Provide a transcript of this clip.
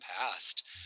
past